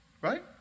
right